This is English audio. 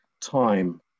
time